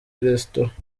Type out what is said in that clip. restaurant